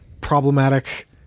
problematic